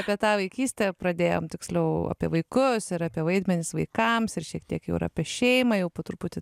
apie tą vaikystę pradėjom tiksliau apie vaikus ir apie vaidmenis vaikams ir šiek tiek jau apie šeimą po truputį